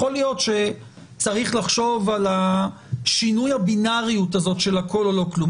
יכול להיות שצריך לחשוב על שינוי הבינאריות הזאת של הכול או לא כלום.